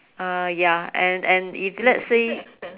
uh ya and and if let's say